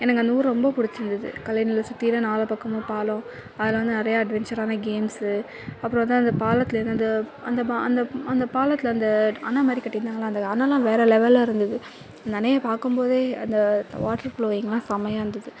எனக்கு அந்த ஊர் ரொம்ப பிடிச்சிருந்துது கல்லணையில் சுத்தீலும் நாலா பக்கமும் பாலம் அதில் வந்து நிறையா அட்வென்ச்சரான கேம்ஸ்ஸு அப்பறம் வந்து அந்த பாலத்துலேருந்து அந்த அந்த அந்த அந்த பாலத்தில் அந்த அணை மாதிரி கட்டியிருந்தாங்களா அந்த அணைலாம் வேற லெவலில் இருந்தது அந்த அணையை பார்க்கும்போதே அந்த வாட்ரு ஃப்ளோயிங்லாம் செம்மையாக இருந்தது